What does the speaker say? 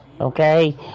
Okay